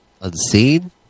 unseen